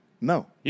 No